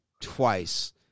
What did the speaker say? twice